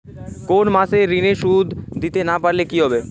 কোন মাস এ ঋণের সুধ দিতে না পারলে কি হবে?